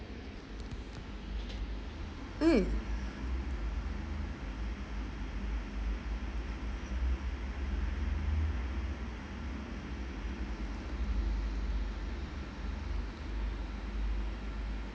mm